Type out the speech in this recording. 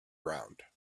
ground